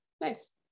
Nice